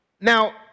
Now